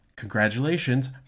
Congratulations